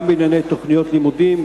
גם בענייני תוכניות לימודים,